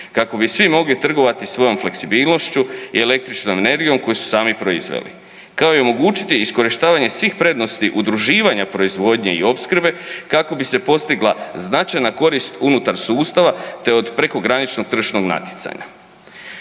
kako bi svi mogli trgovati svojom fleksibilnošću i električnom energijom koju su sami proizveli kao i omogućiti iskorištavanje svih prednosti udruživanja proizvodnje i opskrbe kako bi se postigla značajna korist unutar sustava te od prekograničnog tržišnog natjecanja.